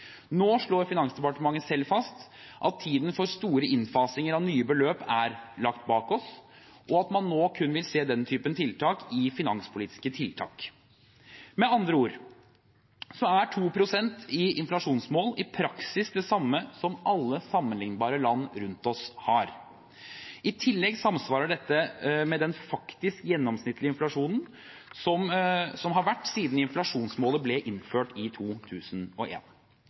Nå slår Finansdepartementet selv fast at tiden for store innfasinger av nye beløp er lagt bak oss, og at man nå kun vil se den typen tiltak i form av finanspolitiske tiltak. Med andre ord er 2 pst. som inflasjonsmål i praksis det samme som alle sammenlignbare land rundt oss har. I tillegg samsvarer dette med den faktiske gjennomsnittlige inflasjonen som har vært siden inflasjonsmålet ble innført i